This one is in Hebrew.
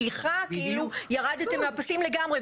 סליחה, ירדתם מהפסים לגמרי.